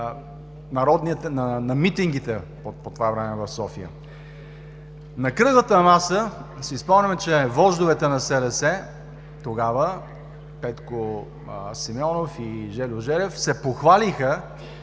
на митингите по това време в София. На кръглата маса си спомняме, че вождовете на СДС тогава – Петко Симеонов и Желю Желев, се похвалиха,